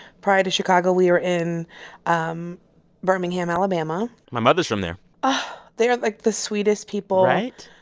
prior to chicago, we were in um birmingham, ala my um ah my mother's from there but they are, like, the sweetest people. right?